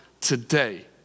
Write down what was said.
today